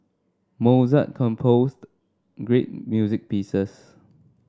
Mozart composed great music pieces